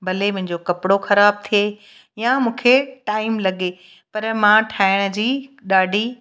भले मुंहिंजो कपिड़ो ख़राबु थिए या मूंखे टाइम लॻे पर मां ठाहिण जी ॾाढी